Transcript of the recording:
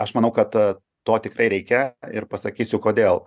aš manau kad to tikrai reikia ir pasakysiu kodėl